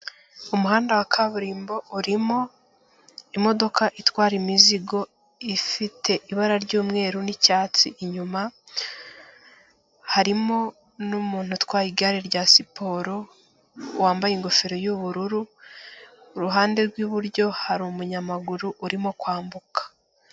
Umuhanda wa kaburimbo urimo imodoka itwara imizigo ifite ibara ry'umweru n'icyatsi inyuma, harimo n'umuntu utwaye igare rya siporo wambaye ingofero y'ubururu, uruhande rw'iburyo hari umuyamaguru urimo kwambuka.